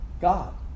God